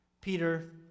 Peter